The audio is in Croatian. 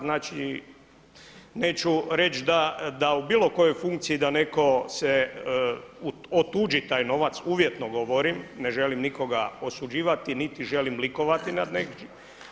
Znači neću eći da u bilo kojoj funkciji da netko se otuđi taj novac uvjetno govorim, ne želim nikoga osuđivati, niti želim likovati nad nekim.